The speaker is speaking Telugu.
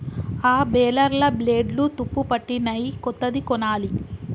ఆ బేలర్ల బ్లేడ్లు తుప్పుపట్టినయ్, కొత్తది కొనాలి